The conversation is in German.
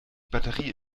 batterie